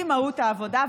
היא מהות העבודה,